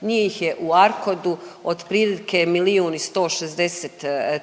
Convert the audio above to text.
Njih je u ARKOD-u otprilike 1 160